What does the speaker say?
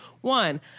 one